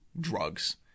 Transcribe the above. drugs